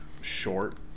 short